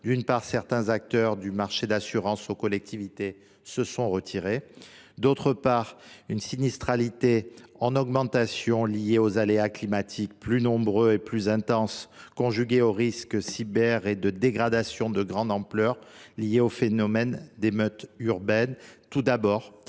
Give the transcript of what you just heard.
D’une part, certains acteurs du marché d’assurance aux collectivités se sont retirés. D’autre part, la sinistralité est en augmentation. C’est la conséquence des aléas climatiques, plus nombreux et plus intenses, ainsi que des risques cyber et des dégradations de grande ampleur liées aux phénomènes d’émeutes urbaines. Tout d’abord,